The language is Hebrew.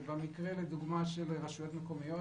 ובמקרה לדוגמה של רשויות מקומיות,